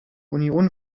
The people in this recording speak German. union